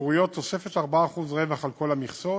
הציבוריות תוספת 4% רווח על כל המכסות